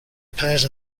pears